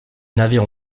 navires